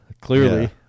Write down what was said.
clearly